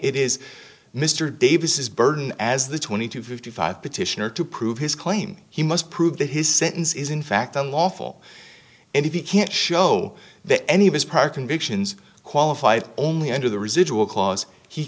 it is mr davis is burden as the twenty two fifty five petitioner to prove his claim he must prove that his sentence is in fact a lawful and if you can't show that any of his prior convictions qualified only under the residual clause he